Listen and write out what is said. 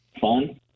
fun